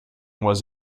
was